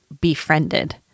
befriended